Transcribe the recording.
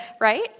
right